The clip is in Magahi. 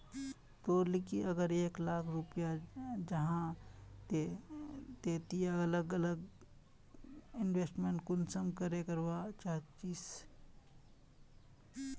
तोर लिकी अगर एक लाख रुपया जाहा ते ती अलग अलग इन्वेस्टमेंट कुंसम करे करवा चाहचिस?